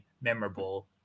memorable